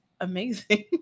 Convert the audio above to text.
amazing